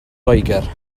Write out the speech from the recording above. loegr